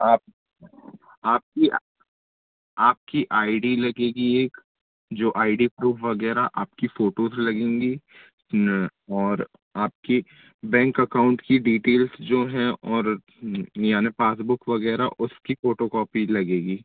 आप आपकी आपकी आई डी लगेगी एक जो आई डी प्रूफ वगैरह आपकी फ़ोटोज़ लगेंगी और आपके बैंक अकाउंट की डीटेल्स जो हैं और यानी पासबुक वगैरह उसकी फ़ोटोकॉपी लगेगी